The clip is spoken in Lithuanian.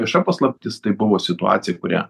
vieša paslaptis tai buvo situacija kurią